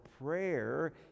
Prayer